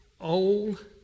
old